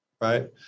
right